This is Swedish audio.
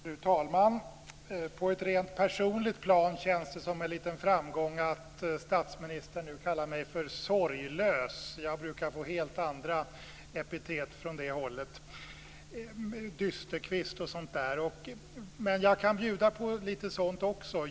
Fru talman! På ett rent personligt plan känns det som en liten framgång att statsministern nu kallar mig för sorglös. Jag brukar få helt andra epitet från det hållet. Jag brukar kallas för dysterkvist och sådant. Men jag kan bjuda på lite sådant också.